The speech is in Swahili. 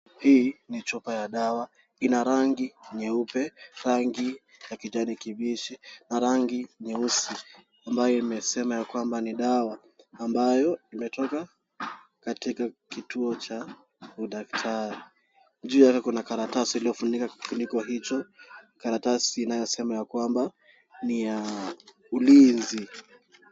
Hii ni chupa ya dawa ina rangi nyeupe, rangi ya kijani kibichi na rangi nyeusi ambayo imesema ya kwamba ni dawa ambayo imetoka katika kituo cha udaktari. Juu yake kuna karatasi iliyofunika kifukicko hicho, karatasi inaoyosema ya kwamba ni ya ulinzi.